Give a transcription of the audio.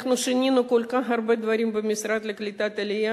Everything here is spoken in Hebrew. אנחנו שינינו כל כך הרבה דברים במשרד לקליטת העלייה